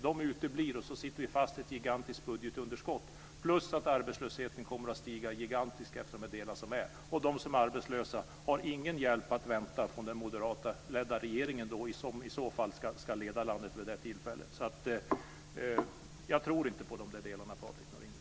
De uteblir, och så sitter vi fast i ett gigantiskt budgetunderskott, plus att arbetslösheten stiger gigantiskt. De som är arbetslösa har ingen hjälp att vänta från den moderatledda regering, som i så fall ska leda landet vid det tillfället. Jag tror inte på det, Patrik